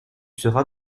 seras